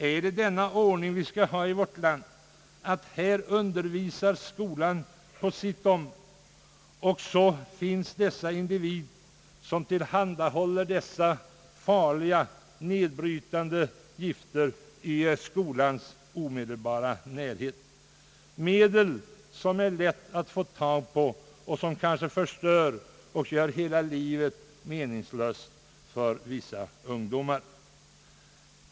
Är det denna ordning vi skall ha i vårt land att individer skall få tillhandahålla dessa farliga, nedbrytande gifter i skolans omedelbara närhet, gifter som är lätta att få tag i och som kanske förstör och gör hela livet meningslöst för vissa ungdomar?